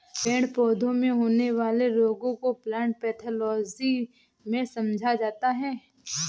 पेड़ पौधों में होने वाले रोगों को प्लांट पैथोलॉजी में समझा जाता है